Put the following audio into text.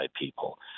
people